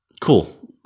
Cool